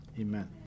Amen